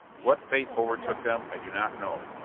what fate overtook them, i do not know.